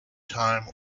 time